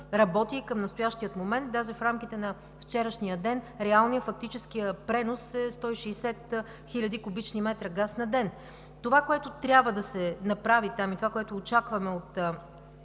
работи и към настоящия момент. Даже в рамките на вчерашния ден реалният, фактическият пренос е 160 хил. куб. м газ на ден. Това, което трябва да се направи там, и това, което очакваме от